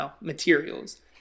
materials